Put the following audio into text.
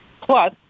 plus